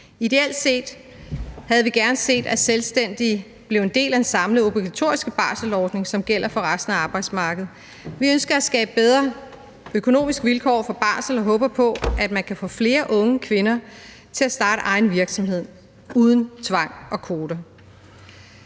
Ideelt set havde vi gerne set, at selvstændige blev en del af en samlet obligatorisk barselsordning, som gælder for resten af arbejdsmarkedet. Vi ønsker at skabe bedre økonomiske vilkår for folk på barsel og håber på, at man kan få flere unge kvinder til at starte egen virksomhed – uden tvang og kvoter.